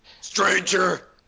Stranger